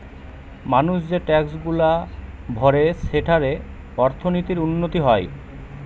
মানুষ যে ট্যাক্সগুলা ভরে সেঠারে অর্থনীতির উন্নতি হয়